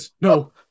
no